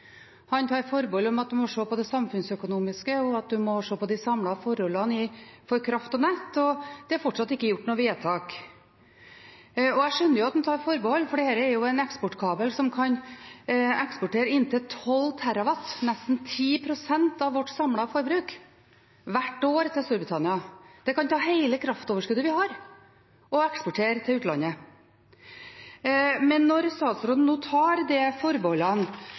Han tar forbehold om at en må se på det samfunnsøkonomiske, en må se på de samlede forholdene for kraft og nett, og det er fortsatt ikke gjort noe vedtak. Jeg skjønner at han tar forbehold, for dette er en eksportkabel som kan eksportere inntil 12 terawatt, nesten 10 pst. av vårt samlede forbruk, hvert år til Storbritannia. Det kan ta hele kraftoverskuddet vi har, og eksportere det til utlandet. Men når statsråden nå tar de forbeholdene,